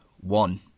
one